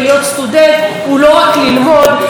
ואני בטוחה שתסכים איתי,